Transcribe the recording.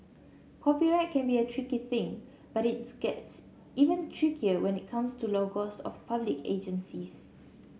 copyright can be a tricky thing but it gets even trickier when it comes to logos of public agencies